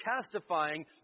testifying